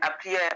appear